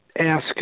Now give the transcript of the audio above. ask